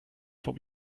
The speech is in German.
vom